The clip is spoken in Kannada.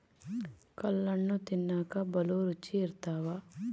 ಕಲ್ಲಣ್ಣು ತಿನ್ನಕ ಬಲೂ ರುಚಿ ಇರ್ತವ